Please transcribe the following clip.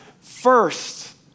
first